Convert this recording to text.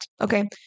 Okay